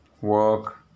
work